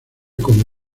con